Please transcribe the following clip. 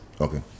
Okay